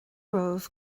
romhaibh